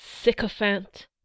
Sycophant